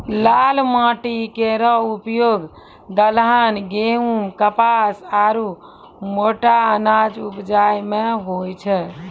लाल माटी केरो उपयोग दलहन, गेंहू, कपास आरु मोटा अनाज उपजाय म होय छै